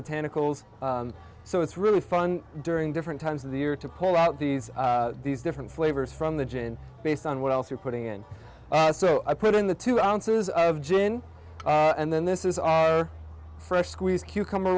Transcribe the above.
botanicals so it's really fun during different times of the year to pull out these these different flavors from the jane based on what else you're putting in so i put in the two ounces of gin and then this is all fresh squeezed cucumber